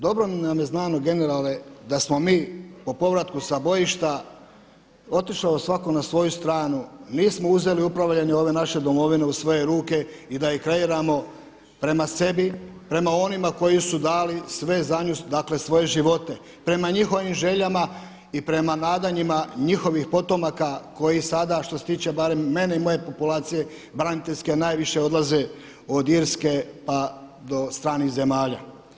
Dobro nam je znano generale da smo mi po povratku sa bojišta otišao svako na svoju stranu, nismo uzeli upravljanje ove naše domovine i svoje ruke i da ju kreiramo prema sebi prema onima koji su dali sve za nju, dakle svoje živote, prema njihovim željama i prema nadanjima njihovih potomaka koji sada što se tiče barem mene i moje populacije, braniteljske, najviše odlaze od Irske pa do stranih zemalja.